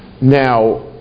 Now